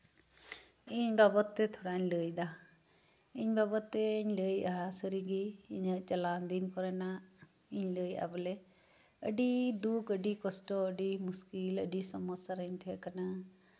ᱤᱧ ᱵᱟᱵᱚᱫ ᱛᱮ ᱛᱷᱟᱲᱟᱧ ᱞᱟᱹᱭᱫᱟ ᱤᱧ ᱵᱟᱵᱚᱫ ᱛᱤᱧ ᱞᱟᱹᱭᱮᱫᱼᱟ ᱥᱟᱹᱨᱤ ᱜᱮ ᱪᱟᱞᱟᱣᱮᱱ ᱫᱤᱱ ᱠᱚᱨᱮᱱᱟᱜ ᱤᱧ ᱞᱟᱹᱭᱮᱫᱼᱟ ᱵᱚᱞᱮ ᱟᱹᱰᱤ ᱫᱩᱠ ᱟᱹᱰᱤ ᱠᱚᱥᱴᱚ ᱟᱹᱰᱤ ᱢᱩᱥᱠᱤᱞ ᱟᱹᱰᱤ ᱥᱚᱢᱚᱥᱥᱟ ᱨᱮᱧ ᱛᱟᱦᱮᱸ ᱠᱟᱱᱟ